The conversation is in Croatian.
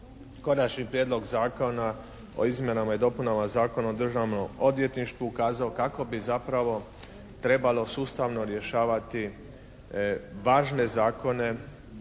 Konačni prijedlog zakona o izmjenama i dopunama Zakona o Državnom odvjetništvu ukazao kako bi zapravo trebalo sustavno rješavati važne zakone